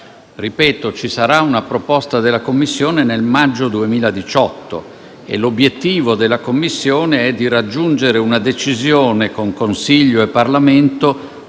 Ripeto che ci sarà una proposta della Commissione nel maggio 2018 e l'obiettivo della Commissione è di raggiungere una decisione con Consiglio e Parlamento